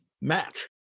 match